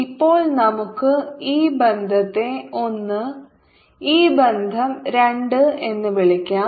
ഇപ്പോൾ നമുക്ക് ഈ ബന്ധത്തെ ഒന്ന് ഈ ബന്ധം രണ്ട് എന്ന് വിളിക്കാം